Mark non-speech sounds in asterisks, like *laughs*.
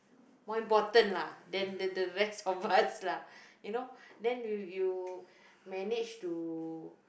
more important lah then the the rest of us *laughs* lah you know then you you manage to